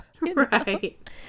Right